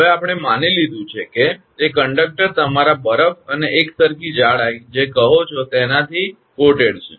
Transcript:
હવે આપણે માની લીધું છે કે તે કંડક્ટર તમારા બરફ અને એકસરખી જાડાઈ જે કહો છો તેનાથી આવરણયુકત છે